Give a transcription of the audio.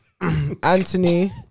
Anthony